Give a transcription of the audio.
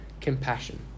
compassion